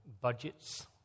budgets